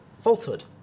falsehood